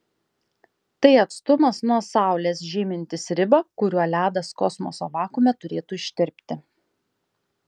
tai atstumas nuo saulės žymintis ribą kuriuo ledas kosmoso vakuume turėtų ištirpti